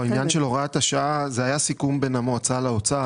עניין של הוראת השעה זה היה סיכום בין המועצה לאוצר.